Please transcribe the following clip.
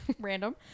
Random